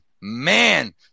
man